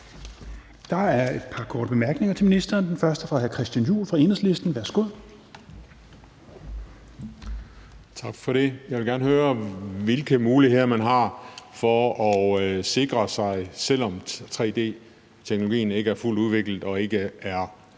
Der er et par korte bemærkninger til ministeren. Den første er fra hr. Christian Juhl fra Enhedslisten. Værsgo. Kl. 10:20 Christian Juhl (EL): Tak for det. Jeg vil gerne høre, hvilke muligheder man har for at sikre sig, selv om tre-d-teknologien ikke er fuldt udviklet og ikke er